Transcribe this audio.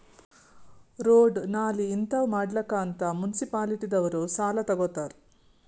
road, ನಾಲಿ ಹಿಂತಾವ್ ಮಾಡ್ಲಕ್ ಅಂತ್ ಮುನ್ಸಿಪಾಲಿಟಿದವ್ರು ಸಾಲಾ ತಗೊತ್ತಾರ್